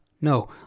no